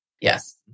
Yes